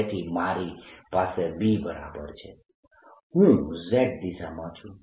તેથી મારી પાસે B બરાબર છે હું z દિશામાં છું